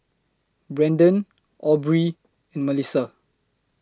Brendon Aubree and Mellissa